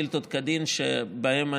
לצערי הרב, לא היו דברים מספקים.